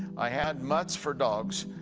i had mutts for dogs,